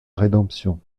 rédemption